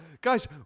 Guys